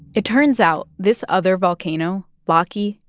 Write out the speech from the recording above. it turns out this other volcano, laki,